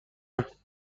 است